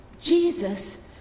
Jesus